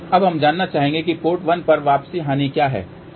अब हम जानना चाहेंगे कि पोर्ट 1 पर वापसी हानि क्या है ठीक